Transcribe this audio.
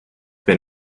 been